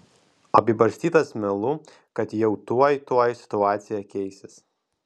apibarstytas melu kad jau tuoj tuoj situacija keisis